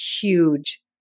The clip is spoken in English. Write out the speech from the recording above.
huge